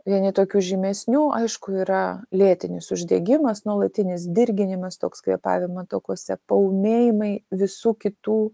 vieni tokių žymesnių aišku yra lėtinis uždegimas nuolatinis dirginimas toks kvėpavimo takuose paūmėjimai visų kitų